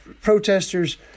protesters